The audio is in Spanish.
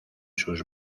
sus